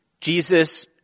Jesus